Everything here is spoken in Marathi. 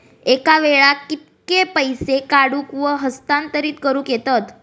एका वेळाक कित्के पैसे काढूक व हस्तांतरित करूक येतत?